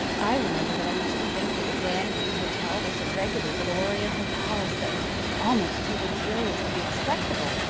i remember that i used to think that the grand view hotel was a regular little oriental palace that was almost too luxurious to be respectable,